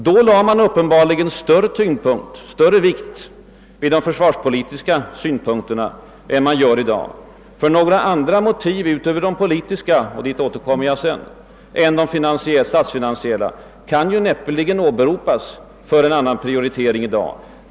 Då lade man uppenbarligen större vikt vid de försvarspolitiska synpunkterna än de finansiella. Ty några andra motiv utöver de politiska — och till den frågan återkommer jag — än de statsfinansiella kan näppeligen åberopas för en annan prioritering i dag.